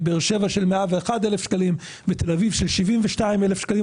בבאר-שבע 101,000 שקלים ובתל-אביב 72,000 שקל,